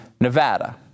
Nevada